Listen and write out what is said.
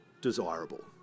desirable